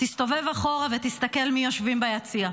תסתובב אחורה ותסתכל מי יושבים ביציע.